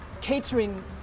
catering